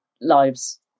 lives